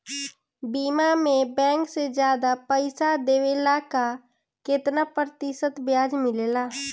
बीमा में बैंक से ज्यादा पइसा देवेला का कितना प्रतिशत ब्याज मिलेला?